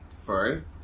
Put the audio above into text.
first